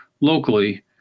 locally